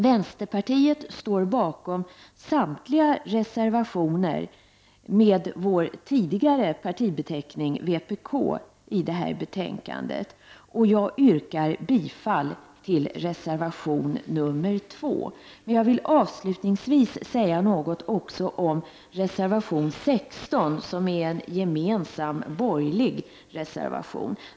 Vänsterpartiet står bakom samtliga reservationer med vår tidigare partibeteckning vpk i betänkandet, och jag yrkar bifall till reservation nr 2. Jag vill avslutningsvis säga något om reservation 16, som är en gemensam borgerlig reservation.